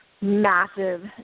massive